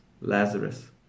Lazarus